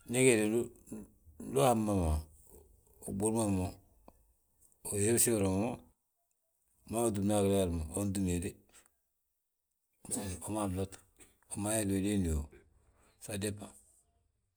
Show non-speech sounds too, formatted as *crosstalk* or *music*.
Ñég he du ndi uhab ma mo, uɓurma mo, uyósirma mo, umadama túmna a gileer ma, unan túm wéde, *noise* uman lot umada yaa diliin yóo. *unintelligible*